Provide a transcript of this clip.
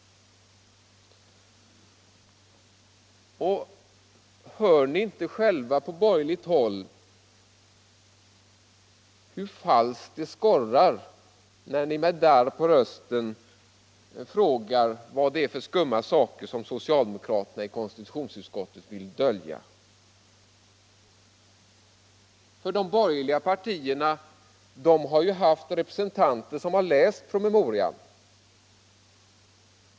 Hör ni inte själva på borgerligt håll hur falskt det skorrar, när ni med darr på rösten frågar vilka skumma saker som socialdemokraterna i konstitutionsutskottet vill dölja? De borgerliga partierna har ju haft representanter som läst promemorian.